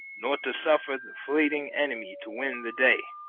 nor to suffer the flying enemy to win the day,